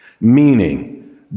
Meaning